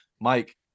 Mike